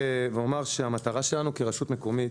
המטרה שלנו כרשות מקומית